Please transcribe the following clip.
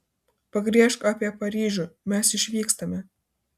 pagriežk apie paryžių mes išvykstame